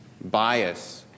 bias